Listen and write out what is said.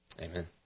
Amen